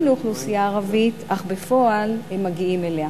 לאוכלוסייה ערבית אך בפועל הם מגיעים אליה.